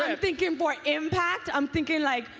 ah thinking for impact, i'm thinking like,